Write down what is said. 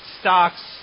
stocks